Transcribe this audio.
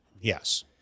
yes